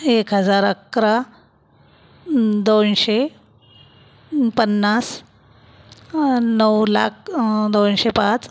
एक हजार अकरा दोनशे पन्नास नऊ लाख दोनशे पाच